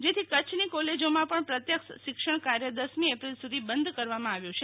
જેથી કચ્છની કોલેજોમાં પણ પ્રત્યક્ષ શિક્ષણ કાર્ય દસમી એપ્રિલ સુધી બંધ કરવામાં આવ્યું છે